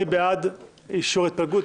מי בעד אישור ההתפלגות?